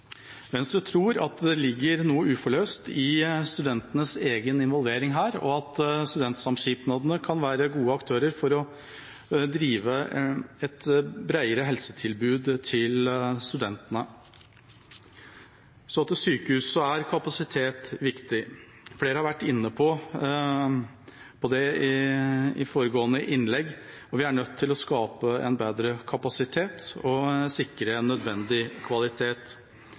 Venstre tror at det ligger noe uforløst i studentenes egen involvering her, og at studentsamskipnadene kan være gode aktører for å drive et bredere helsetilbud til studentene. Så til sjukehus. Kapasitet er viktig. Flere har vært inne på det i foregående innlegg. Vi er nødt til å skape en bedre kapasitet og sikre nødvendig kvalitet.